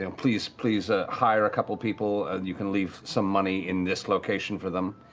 and please please ah hire a couple people, you can leave some money in this location for them,